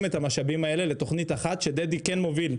את המשאבים האלה לתוכנית אחת שדדי כן מוביל,